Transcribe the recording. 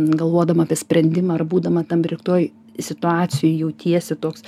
galvodama apie sprendimą ar būdama tam retoj situacijoj jautiesi toks